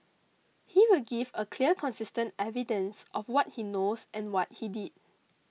he will give a clear consistent evidence of what he knows and what he did